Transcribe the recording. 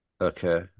Okay